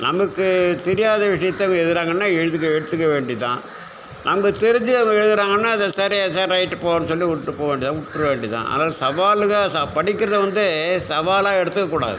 நமக்கு தெரியாத விஷயத்தை இவங்க எழுதுகிறாங்கன்னா எழுதுகிற எடுத்துக்க வேண்டியது தான் அவங்க தெரிஞ்சு அவங்க எழுதுகிறாங்கன்னா அது சரி சரி ரைட்டு போன்னு சொல்லி விட்டு போகவேண்டியது தான் விட்டுற வேண்டியது தான் அதான் சவால்கள் படிக்கிறத வந்து சவாலாக எடுத்துக்க கூடாது